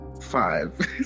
five